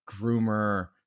groomer